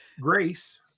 Grace